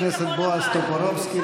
חבר הכנסת בועז טופורובסקי,